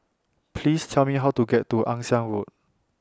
Please Tell Me How to get to Ann Siang Road